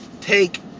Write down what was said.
take